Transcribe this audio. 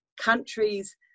countries